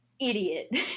idiot